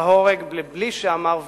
להורג, בלי שאמר וידוי.